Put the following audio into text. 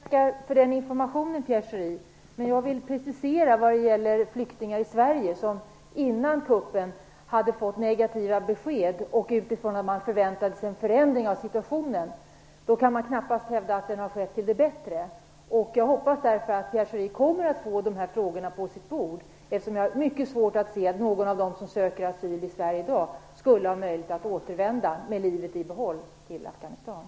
Fru talman! Jag tackar för den informationen, Pierre Schori. Jag vill precisera min fråga vad gäller flyktingar i Sverige som innan kuppen hade fått negativa besked utifrån att man förväntade sig en förändring av situationen. Man kan knappast hävda att förändringen har skett till det bättre. Jag hoppas därför att Pierre Schori kommer att få dessa frågor på sitt bord, eftersom jag har mycket svårt att se att någon av dem som söker asyl i Sverige i dag skulle ha möjlighet att återvända med livet i behåll till Afghanistan.